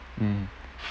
mmhmm